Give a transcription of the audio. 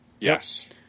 Yes